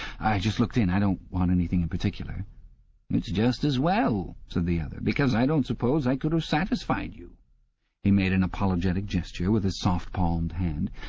i just looked in. i don't want anything in particular just as well said the other, because i don't suppose i could have satisfied you he made an apologetic gesture with his softpalmed hand.